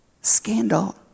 Scandal